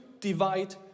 divide